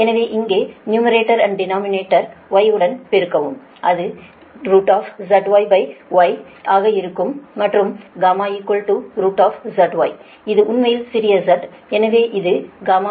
எனவே இங்கே numerator and denominator Y உடன் பெருகவும் அது ZYY ஆக இருக்கும் மற்றும் γ ZY இது உண்மையில் சிறிய z எனவே இது Y